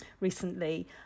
recently